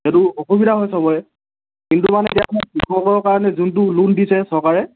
সেইটো অসুবিধা হয় সবৰে কিন্তু মানে এতিয়া মানে কৃষকৰ কাৰণে যোনটো লোন দিছে চৰকাৰে